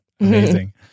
Amazing